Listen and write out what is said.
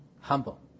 humble